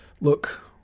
look